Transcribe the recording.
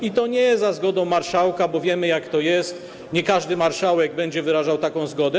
I to nie za zgodą marszałka, bo wiemy, jak to jest, nie każdy marszałek będzie wyrażał taką zgodę.